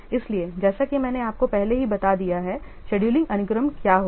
इसलिए जैसा कि मैंने आपको पहले ही बता दिया है शेड्यूलिंग अनुक्रम क्या होगा